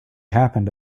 happened